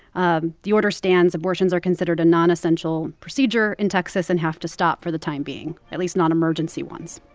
um the order stands. abortions are considered a nonessential procedure in texas and have to stop for the time being at least nonemergency ones.